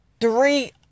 Three